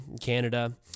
Canada